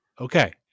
Okay